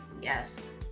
Yes